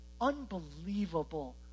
unbelievable